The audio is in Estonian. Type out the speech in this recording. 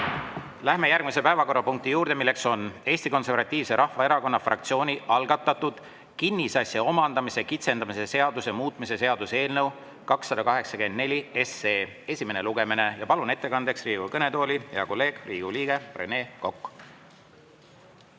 Läheme järgmise päevakorrapunkti juurde, milleks on Eesti Konservatiivse Rahvaerakonna fraktsiooni algatatud kinnisasja omandamise kitsendamise seaduse muutmise seaduse eelnõu 284 esimene lugemine. Palun ettekandeks Riigikogu kõnetooli, hea kolleeg, Riigikogu liige Rene Kokk!